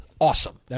awesome